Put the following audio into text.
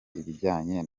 ibijyanye